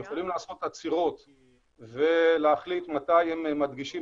הם יכולים לעשות עצירות ולהחליט מתי מדגישים